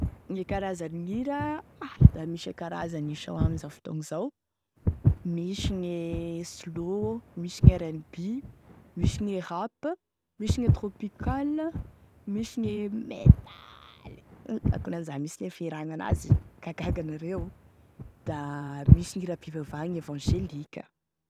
Gne karazany gn'hira maro da misy e karazany io amin'izao fotoagny zao: misy gne slow, misy gn RNB, misy gne rap, misy gne tropical, misy gne métal, akonan'izany mihitsy e fihiragny an'azy, ka gaga anareo da misy gn'hira-pivavahagny gn'évangélika.